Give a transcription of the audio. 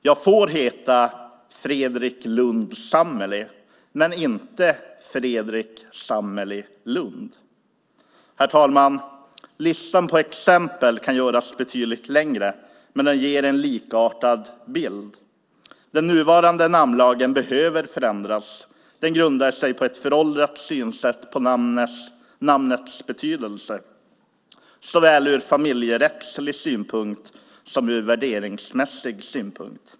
Jag får heta Fredrik Lundh Sammeli men inte Fredrik Sammeli Lundh. Herr talman! Listan på exempel kan göras betydligt längre, men den ger en likartad bild. Den nuvarande namnlagen behöver förändras. Den grundar sig på ett föråldrat synsätt på namnets betydelse såväl ur familjerättslig synpunkt som ur värderingsmässig synpunkt.